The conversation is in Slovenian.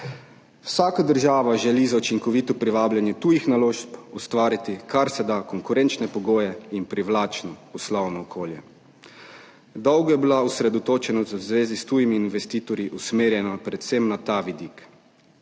Vsaka država želi za učinkovito privabljanje tujih naložb ustvariti kar se da konkurenčne pogoje in privlačno poslovno okolje. Dolgo je bila osredotočenost v zvezi s tujimi investitorji usmerjena predvsem na ta vidik,